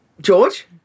George